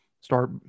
start